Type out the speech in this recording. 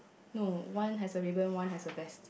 no one has a ribbon one has a vest